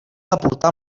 aportar